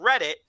Reddit